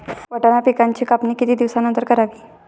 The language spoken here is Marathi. वाटाणा पिकांची कापणी किती दिवसानंतर करावी?